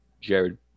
Jared –